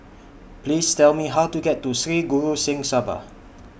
Please Tell Me How to get to Sri Guru Singh Sabha